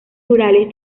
rurales